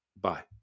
Bye